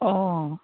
অঁ